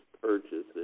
purchases